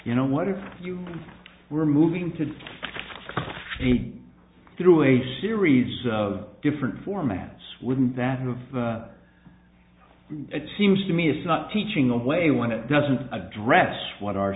you know what if you were moving to see through a series of different formats wouldn't that move the it seems to me it's not teaching the way when it doesn't address what our